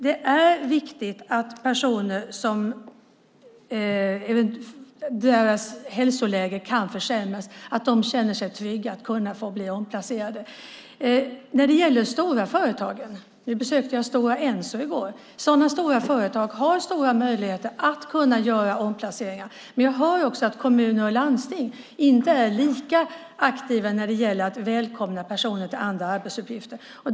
Det är viktigt att personer vars hälsoläge kan försämras känner sig trygga när det gäller att kunna bli omplacerade. Jag besökte Stora Enso i går. Sådana stora företag har stora möjligheter att göra omplaceringar, men jag hör också att kommuner och landsting inte är lika aktiva när det gäller att välkomna personer till andra arbetsuppgifter.